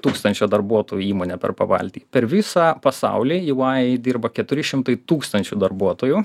tūkstančio darbuotojų įmonė per pabaltį per visą pasaulį ey dirba keturi šimtai tūkstančių darbuotojų